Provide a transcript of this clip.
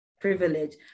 privilege